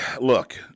look